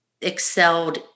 excelled